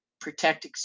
protect